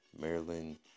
Maryland